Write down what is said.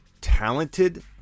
talented